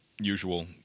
usual